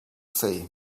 sea